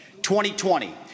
2020